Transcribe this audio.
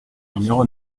numéro